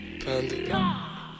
Panda